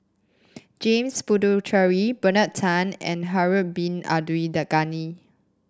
James Puthucheary Bernard Tan and Harun Bin Abdul Ghani